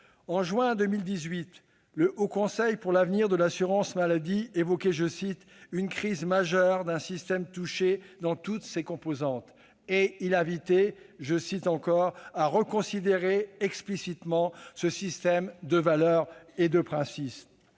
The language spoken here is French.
En juin 2018, le Haut Conseil pour l'avenir de l'assurance maladie évoquait une « crise majeure d'un système touché dans toutes ses composantes ». Il invitait à « reconsidérer explicitement ce système de valeurs et de principes ».